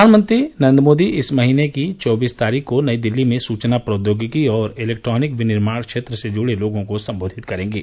प्रधानमंत्री नरेन्द्र मोदी इस महीने की चौबीस तारीख को नई दिल्ली में सूचना प्रौद्योगिकी और इलेक्ट्रोनिक विनिर्माण क्षेत्र से जुड़े लोगों को संबोधित करेंगे